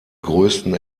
größten